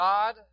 God